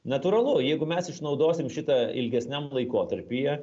natūralu jeigu mes išnaudosim šitą ilgesniam laikotarpyje